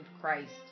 Christ